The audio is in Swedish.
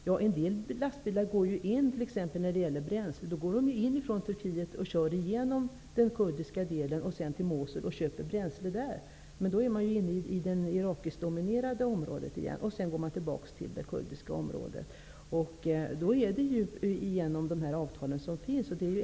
Ja, en del lastbilar går från Turkiet in i den kurdiska delen, men sedan går de vidare till Mosul där man alltså köper bränsle i det Irakdominerande området. Sedan går de tillbaka till det kurdiska området.